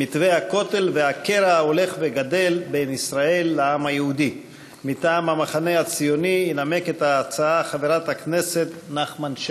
התשע"ז 2016, מאת חברת הכנסת תמר זנדברג,